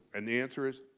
and the answer is,